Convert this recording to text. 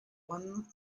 one